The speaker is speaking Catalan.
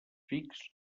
fix